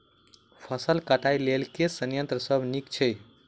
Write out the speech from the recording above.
फसल कटाई लेल केँ संयंत्र सब नीक छै?